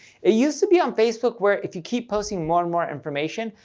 it used to be on facebook where if you keep posting more and more information,